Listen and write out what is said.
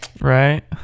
Right